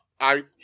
I-